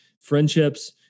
friendships